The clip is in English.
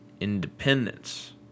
independence